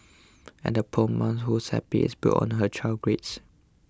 and the poor mum whose happiness is built on her child's grades